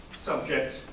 subject